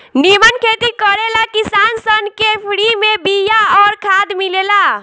निमन खेती करे ला किसान सन के फ्री में बिया अउर खाद मिलेला